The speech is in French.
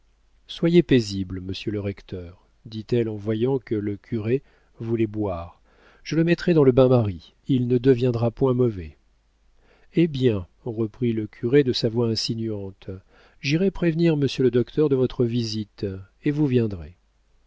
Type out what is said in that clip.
soyez paisible monsieur le recteur dit-elle en voyant que le curé voulait boire je le mettrai dans le bain-marie il ne deviendra point mauvais eh bien reprit le curé de sa voix insinuante j'irai prévenir monsieur le docteur de votre visite et vous viendrez